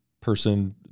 person